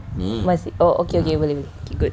masih oh okay okay boleh boleh okay good